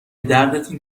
دردتون